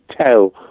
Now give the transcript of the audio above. tell